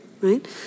right